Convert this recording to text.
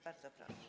Bardzo proszę.